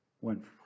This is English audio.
went